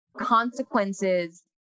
consequences